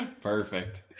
Perfect